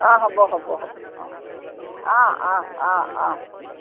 অঁ হ'ব হ'ব হ'ব অঁ হ'ব